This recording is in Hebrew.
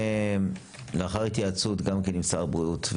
לאחר התייעצות גם עם שר הבריאות,